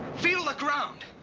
feel the ground.